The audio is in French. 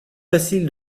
facile